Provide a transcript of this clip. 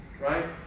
Right